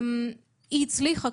היא הצליחה,